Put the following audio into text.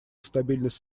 стабильность